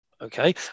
okay